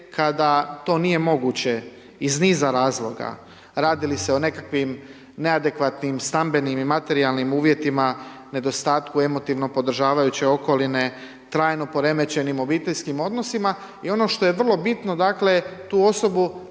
kada to nije moguće iz niza razloga. Radi li se o nekakvim neadekvatnim stambenim i materijalnim uvjetima, nedostatku emotivno podržavajuće okoline, trajno poremećenim obiteljskim odnosima i ono što je vrlo bitno, dakle, tu osobu